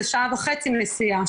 זה שעה וחצי נסיעה,